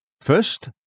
First